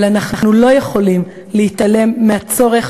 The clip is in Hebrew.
אבל אנחנו לא יכולים להתעלם מהצורך